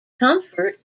comfort